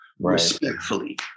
respectfully